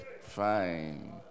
Fine